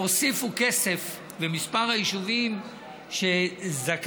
הם הוסיפו כסף ומספר היישובים שזכאים